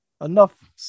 enough